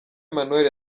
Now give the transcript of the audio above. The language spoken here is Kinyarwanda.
emmanuel